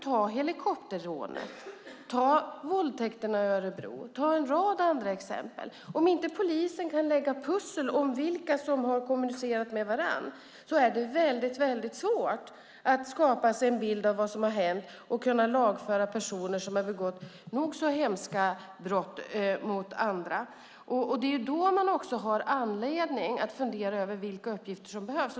Ta helikopterrånet, ta våldtäkterna i Örebro, ta en rad andra exempel! Om inte polisen kan lägga pussel om vilka som har kommunicerat med varandra är det svårt att skapa en bild av vad som har hänt och kunna lagföra personer som har begått hemska brott mot andra. Här har man anledning att fundera över vilka uppgifter som behövs.